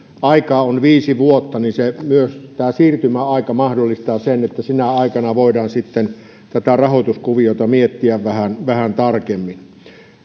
aikaa on viisi vuotta niin myös tämä siirtymäaika mahdollistaa sen että sinä aikana voidaan sitten rahoituskuviota miettiä vähän vähän tarkemmin